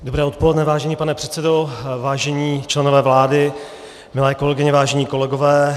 Dobré odpoledne, vážený pane předsedo, vážení členové vlády, milé kolegyně, vážení kolegové.